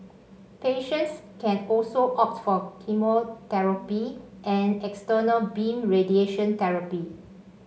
patients can also opt for chemotherapy and external beam radiation therapy